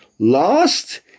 Last